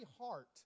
heart